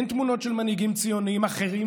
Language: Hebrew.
אין תמונות של מנהיגים ציוניים אחרים,